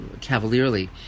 cavalierly